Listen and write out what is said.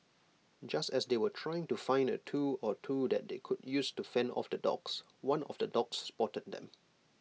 just as they were trying to find A tool or two that they could use to fend off the dogs one of the dogs spotted them